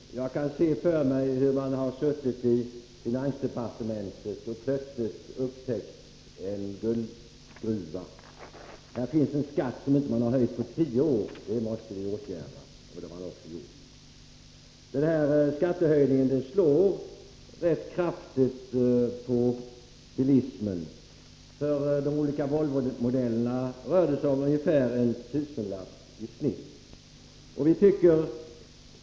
Fru talman! Jag kan se framför mig hur man har suttit i finansdepartementet och plötsligt upptäckt en guldgrva: Här finns en skatt som inte har höjts på tio år. Det måste vi åtgärda! Den här skattehöjningen slår rätt kraftigt på bilismen. För de olika Volvomodellerna rör det sig om ungefär en tusenlapp.